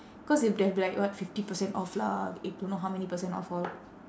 cause if they have black what fifty percent off lah don't know how many percent off all